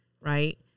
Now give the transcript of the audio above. right